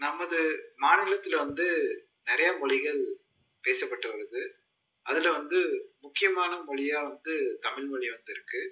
நமது மாநிலத்தில் வந்து நிறையா மொழிகள் பேசப்பட்டு வருகுது அதில் வந்து முக்கியமான மொழியா வந்து தமிழ் மொழி வந்துருக்குது